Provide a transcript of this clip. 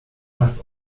fast